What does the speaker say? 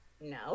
No